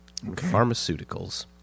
Pharmaceuticals